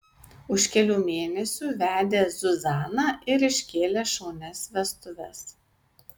už kelių mėnesių vedė zuzaną ir iškėlė šaunias vestuves